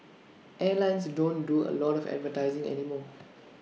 airlines don't do A lot of advertising anymore